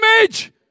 image